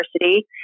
University